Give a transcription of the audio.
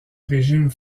régime